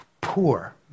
poor